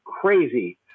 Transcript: crazy